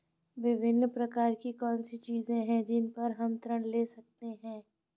विभिन्न प्रकार की कौन सी चीजें हैं जिन पर हम ऋण ले सकते हैं?